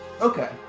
Okay